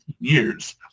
years